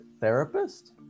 therapist